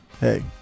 hey